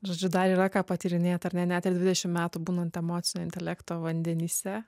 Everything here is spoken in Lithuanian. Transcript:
žodžiu dar yra ką patyrinėt ar ne net ir dvidešim metų būnant emocinio intelekto vandenyse